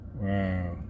Wow